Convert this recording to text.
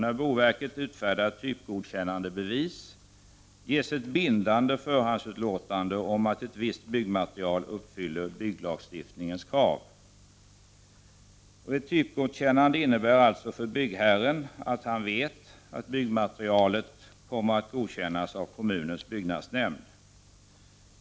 När boverket utfärdar ett typgodkännandebevis ges ett bindande förhandsutlåtande om att ett visst byggmaterial uppfyller bygglagstiftningens krav. Ett typgodkännande innebär för byggherren att han vet att byggmaterialet kommer att godkännas av kommunens byggnadsnämnd.